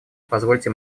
позвольте